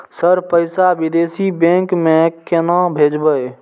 Sir पैसा विदेशी bank में केना भेजबे?